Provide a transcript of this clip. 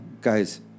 guys